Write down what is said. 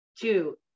Two